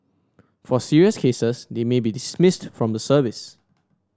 for serious cases they may be dismissed from the service